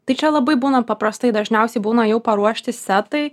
tai čia labai būna paprastai dažniausiai būna jau paruošti setai